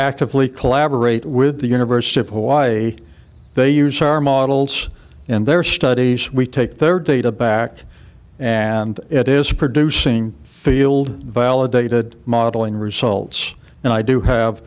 actively collaborate with the university of hawaii they use our models and their studies we take their data back and it is producing field biology that modeling results and i do have